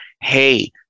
Hey